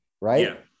right